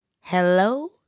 Hello